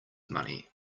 money